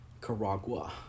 Caragua